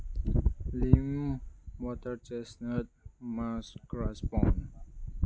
ꯂꯤꯝ water chestnut ꯃꯥꯁ ꯀ꯭ꯔꯥꯁ ꯕꯣꯟ